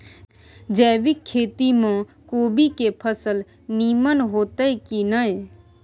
जैविक खेती म कोबी के फसल नीमन होतय की नय?